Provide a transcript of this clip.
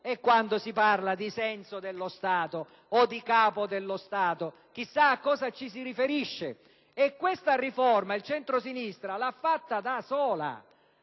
E quando si parla di senso dello Stato o di Capo dello Stato chissà a cosa ci si riferisce. Questa riforma il centrosinistra l'ha fatta da sola,